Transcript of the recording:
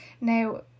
Now